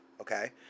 Okay